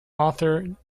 author